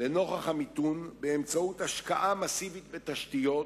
לנוכח המיתון באמצעות השקעה מסיבית בתשתיות,